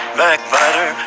backbiter